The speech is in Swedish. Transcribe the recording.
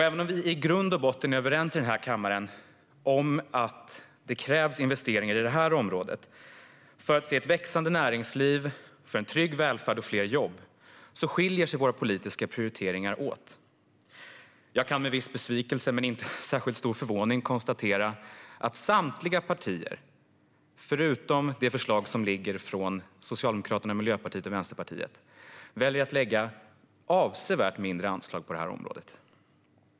Även om vi i grund och botten är överens i denna kammare om att det krävs investeringar på området för att få ett starkt och växande näringsliv, en trygg välfärd och fler jobb skiljer sig våra politiska prioriteringar åt. Jag kan med viss besvikelse, men utan särskilt stor förvåning, konstatera att samtliga partier väljer att göra avsevärt mindre anslag på området i sina förslag än vad Socialdemokraterna, Miljöpartiet och Vänsterpartiet gör i sitt.